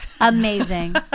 Amazing